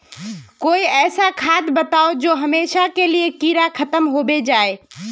कोई ऐसा खाद बताउ जो हमेशा के लिए कीड़ा खतम होबे जाए?